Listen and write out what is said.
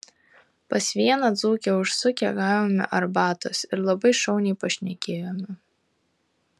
pas vieną dzūkę užsukę gavome arbatos ir labai šauniai pašnekėjome